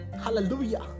Hallelujah